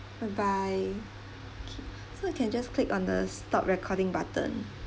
bye bye okay so you can just click on the stop recording button